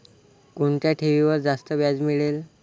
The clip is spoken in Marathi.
कोणत्या ठेवीवर जास्त व्याज मिळेल?